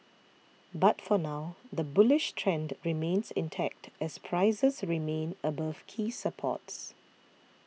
but for now the bullish trend remains intact as prices remain above key supports